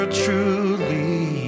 truly